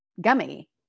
gummy